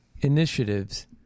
initiatives